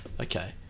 Okay